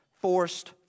forced